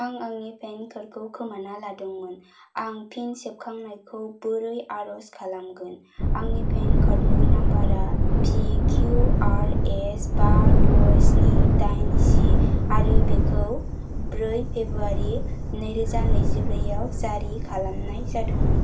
आं आंनि PAN card खौ खोमाना लादोंमोन आं फिन सेबखांनायखौ बोरै आरज खालामगोन आंनि पैन कार्ड नि नम्बर आ पिकिउआरएस बा द' स्नि दाइन जि आरो बेखौ नैरोजा ब्रै फेब्रुवारि नैजिब्रै आव जारि खालामनाय जादोंमोन